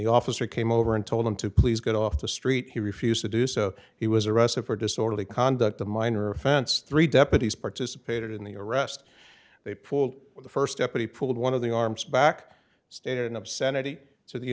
the officer came over and told him to please get off the street he refused to do so he was arrested for disorderly conduct a minor offense three deputies participated in the arrest they pulled the first deputy pulled one of the arms back in obscenity so the